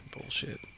bullshit